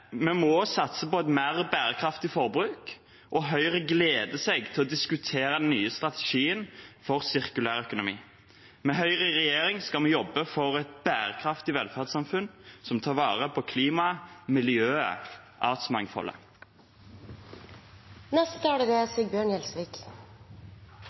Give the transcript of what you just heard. Vi må satse på et mer bærekraftig forbruk, og Høyre gleder seg til å diskutere den nye strategien for sirkulærøkonomi. Med Høyre i regjering skal vi jobbe for et bærekraftig velferdssamfunn som tar vare på klimaet, miljøet